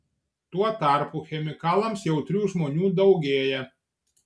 tuo tarpu chemikalams jautrių žmonių daugėja